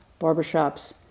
barbershops